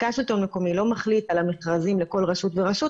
מרכז השלטון המקומי לא מחליט על המכרזים לכל רשות ורשות,